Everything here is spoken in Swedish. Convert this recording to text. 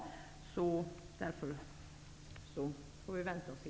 Vi får vänta och se.